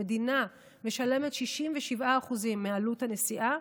המדינה משלמת 67% מעלות הנסיעה,